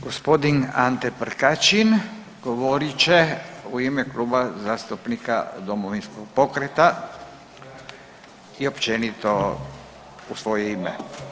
Gospodin Ante Prkačin govorit će u ime Kluba zastupnika Domovinskog pokreta i općenito u svoje ime.